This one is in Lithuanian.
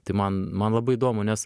tai man man labai įdomu nes